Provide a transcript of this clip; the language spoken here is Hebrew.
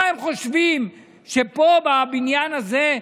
מה הם חושבים, שפה, בבניין הזה,